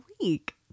week